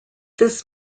this